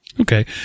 Okay